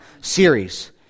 series